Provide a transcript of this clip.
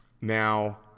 now